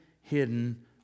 hidden